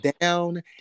down